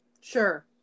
Sure